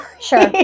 Sure